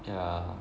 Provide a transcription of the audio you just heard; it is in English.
yeah